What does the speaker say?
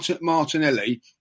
Martinelli